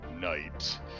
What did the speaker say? night